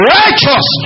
righteous